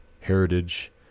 heritage